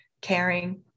caring